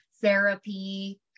therapy